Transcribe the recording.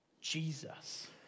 Jesus